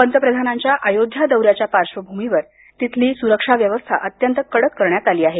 पंतप्रधानांच्या अयोध्या दौऱ्याच्या पार्श्वभूमीवर तिथली सुरक्षा व्यवस्था अत्यंत कडक करण्यात आली आहे